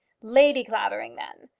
lady clavering then.